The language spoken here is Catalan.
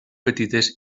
petites